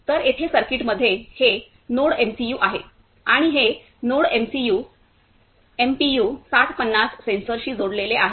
तर येथे सर्किटमध्ये हे नोडएमसीयू आहे आणि हे नोडएमसीयू एमपीयू 6050 सेन्सरशी जोडलेले आहे